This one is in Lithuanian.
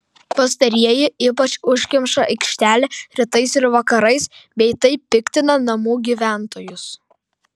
pastarieji ypač užkemša aikštelę rytais ir vakarais bei taip piktina namų gyventojus